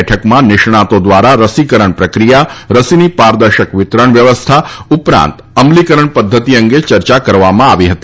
બેઠકમાં નિષ્ણાંતો દ્વારા રસીકરણ પ્રક્રિયા રસીની પારદર્શક વિતરણ વ્યવસ્થા ઉપરાંત અમલીકરણ પદ્ધતિ અંગે ચર્ચા વિચારણા કરવામાં આવી હતી